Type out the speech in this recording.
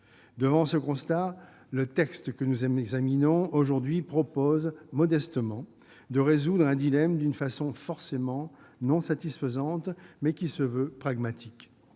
Devant ce constat, le texte que nous examinons aujourd'hui propose, modestement, de résoudre un dilemme d'une façon forcément non satisfaisante, mais qui se veut pragmatique.